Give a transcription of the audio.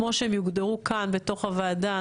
כמו שהם יוגדרו כאן בתוך הוועדה,